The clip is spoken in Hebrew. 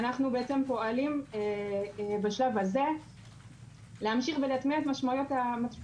ואנחנו בעצם פועלים בשלב הזה להמשיך ולהטמיע את משמעויות